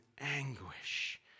anguish